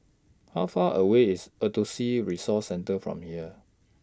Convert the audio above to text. How Far away IS Autism Resource Centre from here